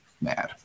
mad